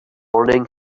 morning